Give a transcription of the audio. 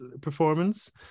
performance